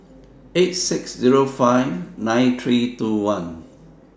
eight six Zero five nine three two one